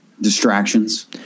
distractions